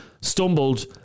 stumbled